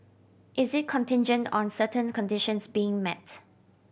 is it contingent on certain conditions being met